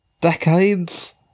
decades